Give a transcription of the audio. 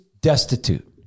destitute